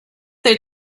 they